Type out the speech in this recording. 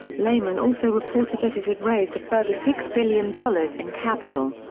lehman also reported that it had raised a further six billion dollars in capital.